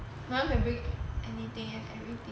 my [one] can bring anything and everything